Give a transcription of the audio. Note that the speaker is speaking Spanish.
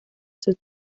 sus